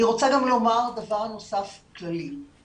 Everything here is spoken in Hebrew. אני רצה לומר דבר נוסף כללי.